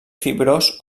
fibrós